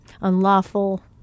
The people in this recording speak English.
unlawful